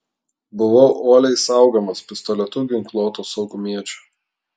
buvau uoliai saugomas pistoletu ginkluoto saugumiečio